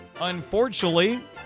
Unfortunately